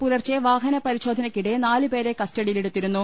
പുലർച്ചെ വാഹന പരിശോധനയ്ക്കിടെ നാല് പേരെ കസ്റ്റഡിയിലെടുത്തിരുന്നു